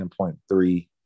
10.3